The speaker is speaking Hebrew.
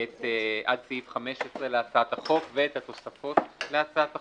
עד סעיף 15 להצעת החוק, ואת התוספות להצעת החוק.